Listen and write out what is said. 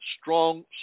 strong